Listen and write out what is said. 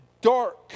dark